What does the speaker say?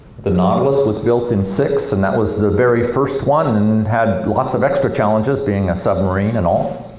the nautilus was built in six and that was the very first one. had lots of extra challenges, being a submarine and all.